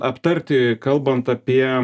aptarti kalbant apie